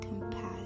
compassion